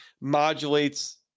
modulates